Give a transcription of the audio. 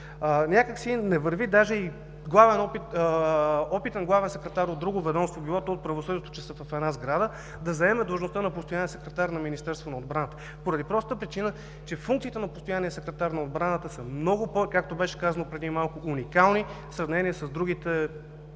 Някак си не върви опитен главен секретар от друго ведомство, било то от Правосъдието – те са в една сграда, да заема длъжността на постоянен секретар на Министерството на отбраната, поради простата причина че функциите на постоянния секретар на отбраната са много, както беше казано преди малко, по-уникални в сравнение с другите